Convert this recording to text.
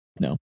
No